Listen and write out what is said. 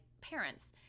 parents